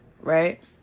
right